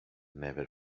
never